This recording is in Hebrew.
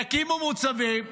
יקימו מוצבים,